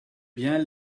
bien